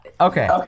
Okay